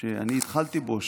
שהתחלתי בו,